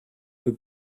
peu